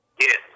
Yes